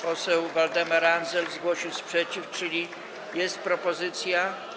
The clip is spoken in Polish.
Poseł Waldemar Andzel zgłosił sprzeciw, czyli jest propozycja.